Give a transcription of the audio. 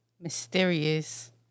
mysterious